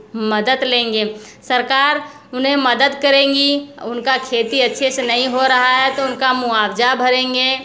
मदद लेंगे सरकार उन्हें मदद करेगी उनका खेती अच्छे से नहीं हो रहा है तो उनका मुआवज़ा भरेंगे